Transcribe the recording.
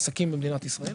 עסקים במדינת ישראל.